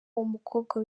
umukobwa